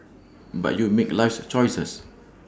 but you make life's choices